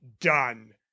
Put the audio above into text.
done